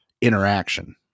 interaction